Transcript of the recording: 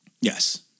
Yes